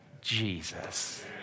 Jesus